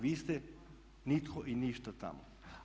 Vi ste nitko i ništa tamo.